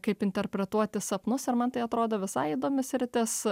kaip interpretuoti sapnus ir man tai atrodo visai įdomi sritis